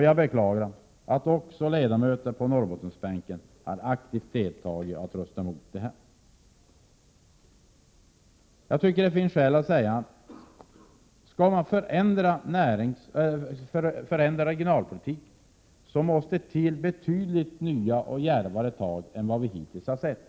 Jag beklagar att också ledamöter på Norrbottensbänken aktivt har deltagit i att rösta mot dessa förslag. Jag tycker att det finns skäl att säga att det, om man skall förändra regionalpolitiken, måste till nya och betydligt djärvare tag än dem vi hittills har sett.